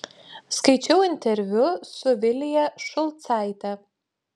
skaičiau interviu su vilija šulcaite